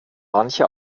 manche